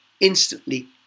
instantly